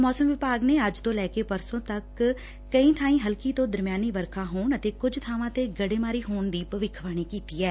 ਮੌਸਮ ਵਿਭਾਗ ਪੰਜਾਬ ਚ ਨੇ ਅੱਜ ਤੋਂ ਲੈ ਕੇ ਪਰਸੋਂ ਤੱਕ ਕਈ ਥਾਈਂ ਹਲਕੀ ਤੋਂ ਦਰਮਿਆਨੀ ਵਰਖਾ ਹੋਣ ਅਤੇ ਕੁਝ ਥਾਵਾਂ ਤੇ ਗੜੇਮਾਰੀ ਹੋਣ ਦੀ ਭਵਿੱਖਵਾਣੀ ਕੀਤੀ ਏ